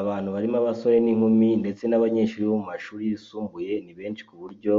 Abantu barimo abasore n'inkumi ndetse n'abanyeshuri bo mu mashuri yisumbuye ni benshi ku buryo